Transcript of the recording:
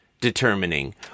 determining